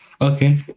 Okay